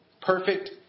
perfect